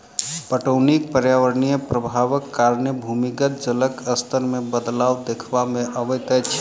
पटौनीक पर्यावरणीय प्रभावक कारणें भूमिगत जलक स्तर मे बदलाव देखबा मे अबैत अछि